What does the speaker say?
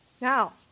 Now